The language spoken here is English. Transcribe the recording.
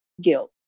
guilt